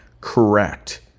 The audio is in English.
correct